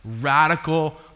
radical